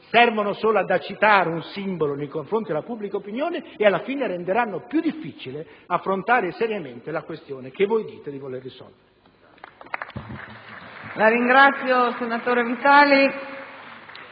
servono solo ad agitare un simbolo nei confronti della pubblica opinione. Esse renderanno invece più difficile affrontare seriamente la questione che a parole voi dite di voler risolvere.